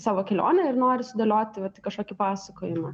savo kelionę ir nori sudėlioti vat į kažkokį pasakojimą